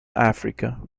africa